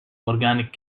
organic